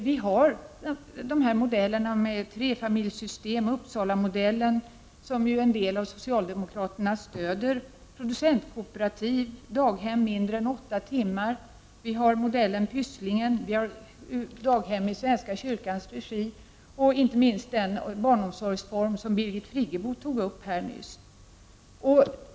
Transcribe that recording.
Vi har förespråkat trefamiljssystem, Uppsalamodellen — som ju en del socialdemokrater stöder —, producentkooperativ, daghem mindre än åtta timmar, Pysslingen, daghem i svenska kyrkans regi och inte minst den barnomsorgsform som Birgit Friggebo tog upp här nyss.